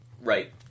Right